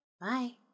Bye